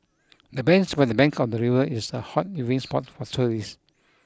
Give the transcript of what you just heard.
the bench by the bank of the river is a hot viewing spot for tourists